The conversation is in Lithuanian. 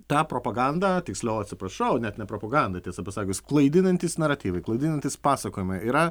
tą propagandą tiksliau atsiprašau net ne propaganda tiesa pasakius klaidinantys naratyvai klaidinantys pasakojimai yra